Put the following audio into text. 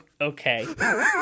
Okay